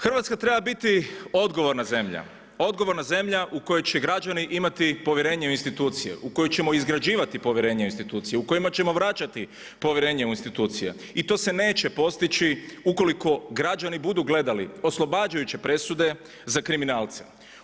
Hrvatska treba biti odgovorna zemlja, odgovorna zemlja u kojoj će građani imati povjerenje u institucije, u koju ćemo izgrađivati povjerenje u institucije, u kojima ćemo vraćati povjerenje u institucije i to se neće postići ukoliko građani budu gledali oslobađajuće presude za kriminalce.